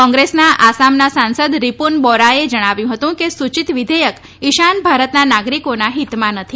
કોંગ્રેસના આસામના સાંસદ રીપુન બોરાએ જણાવ્યું હતું કે સૂચિત વિધેયક ઇશાન ભારતના નાગરિકોના હિતમાં નથી